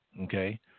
okay